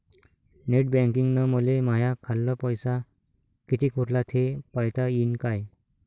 Net बँकिंगनं मले माह्या खाल्ल पैसा कितीक उरला थे पायता यीन काय?